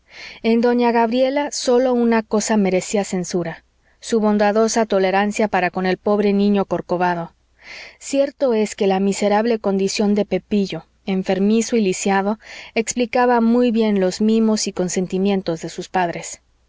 en doña gabriela sólo una cosa merecía censura su bondadosa tolerancia para con el pobre niño corcovado cierto es que la miserable condición de pepillo enfermizo y lisiado explicaba muy bien los mimos y consentimientos de sus padres